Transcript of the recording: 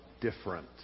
Different